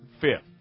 fifth